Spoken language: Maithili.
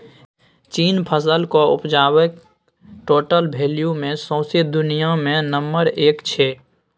चीन फसलक उपजाक टोटल वैल्यू मे सौंसे दुनियाँ मे नंबर एक छै